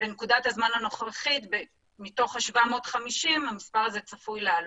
בנקודת הזמן הנוכחית מתוך ה-750 המספר הזה צפוי לעלות.